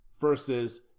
versus